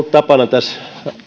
tapana tässä